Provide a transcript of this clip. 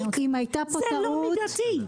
זה לא מידתי.